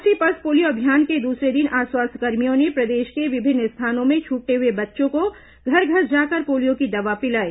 राष्ट्रीय pulse polio अभियान के दूसरे दिन आज स्वास्थ्यकर्मियों ने प्रदेश के विभिन्न स्थानों में छूटे हुए बच्चों को घर घर जाकर पोलियो की दवा पिलाई